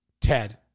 Ted